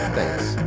Thanks